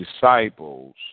disciples